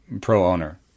pro-owner